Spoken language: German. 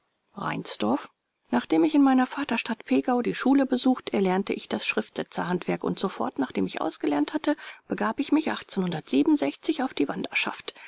reinsdorf nachdem ich in meiner vaterstadt pegau die schule besucht erlernte ich das schriftsetzerhandwerk und sofort nachdem ich ausgelernt hatte begab ich mich auf die wanderschaft